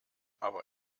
aber